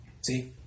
See